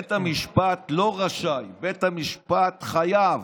בית המשפט לא רשאי, בית המשפט חייב,